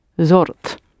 zort